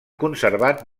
conservat